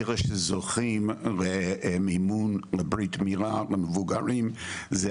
אלה שזוכים למימון לברית מילה למבוגרים זה